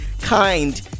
kind-